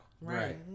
Right